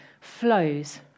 flows